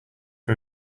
you